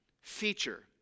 feature